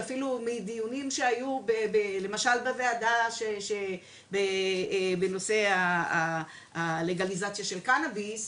שאפילו מדיונים שהיו למשל בוועדה בנושא הלגליזציה של קנביס,